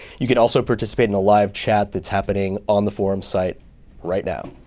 you can also participate in a live chat that's happening on the forum site right now.